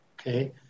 okay